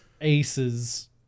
Aces